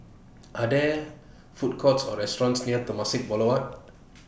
Are There Food Courts Or restaurants near Temasek Boulevard